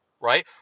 Right